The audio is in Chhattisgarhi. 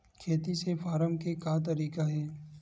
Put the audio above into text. खेती से फारम के का तरीका हे?